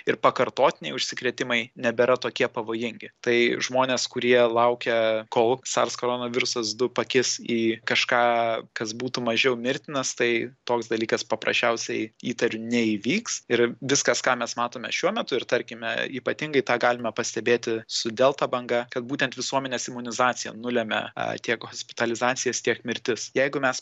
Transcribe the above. ir pakartotiniai užsikrėtimai nebėra tokie pavojingi tai žmonės kurie laukia kol sars koronavirusas du pakis į kažką kas būtų mažiau mirtinas tai toks dalykas paprasčiausiai įtariu neįvyks ir viskas ką mes matome šiuo metu ir tarkime ypatingai tą galime pastebėti su delta banga kad būtent visuomenės imunizacija nulemia a tiek hospitalizacijas tiek mirtis jeigu mes